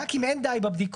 רק אם אין די בבדיקות,